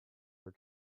her